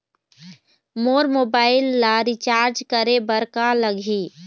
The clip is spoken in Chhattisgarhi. मोर मोबाइल ला रिचार्ज करे बर का लगही?